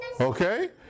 Okay